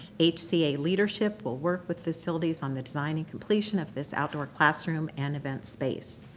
hca leadership will work with facilities on the design and completion of this outdoor classroom and event space.